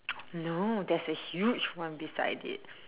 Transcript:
no there's a huge one beside it